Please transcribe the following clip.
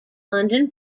london